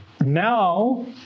now